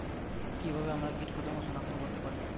কিভাবে আমরা কীটপতঙ্গ সনাক্ত করতে পারি?